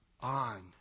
on